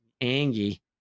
Angie